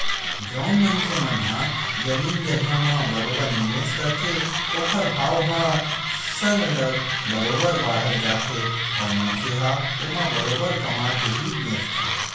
जउन मनखे मन ह जमीन जघा म बरोबर निवेस करथे ओखर भाव ह सरलग बरोबर बाड़त जाथे अउ मनखे ह ओमा बरोबर कमा के ही बेंचथे